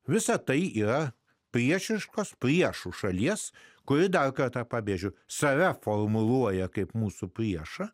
visa tai yra priešiškos priešo šalies kuri dar kartą pabrėžiu save formuluoja kaip mūsų priešą